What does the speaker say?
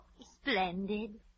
Splendid